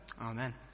Amen